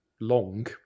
long